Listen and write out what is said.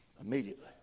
immediately